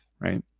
right